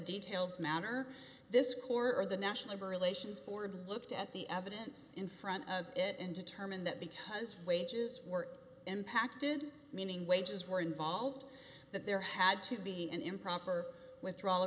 details matter this court or the national barely sions board looked at the evidence in front of it and determined that because wages were impacted meaning wages were involved that there had to be an improper withdrawal